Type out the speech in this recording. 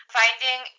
finding